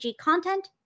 content